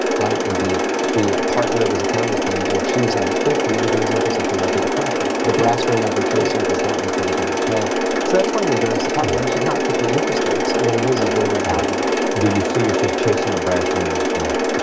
right and be be a partner of his accounting firm and achieves that at fifty and goes into something like a depression. the brass ring i've been chasing does not make everything okay. so that's why i'm embarrassed to talk about it. it's just not particularly interesting. it's what it is, is very, very average. yeah. do you see yourself chasing a brass ring now?